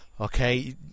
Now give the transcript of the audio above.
okay